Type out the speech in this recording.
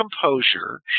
composure